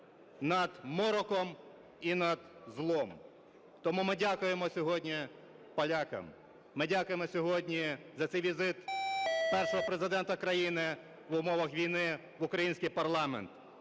над мороком і над злом. Тому ми дякуємо сьогодні полякам. Ми дякуємо сьогодні за цей візит перший Президента країни в умовах війни в український парламент.